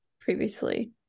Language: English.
previously